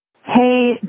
Hey